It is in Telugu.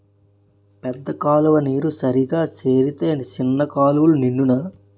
పెద్ద కాలువ నీరు సరిగా సేరితే సిన్న కాలువలు నిండునా